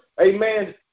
amen